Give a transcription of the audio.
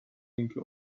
اینکه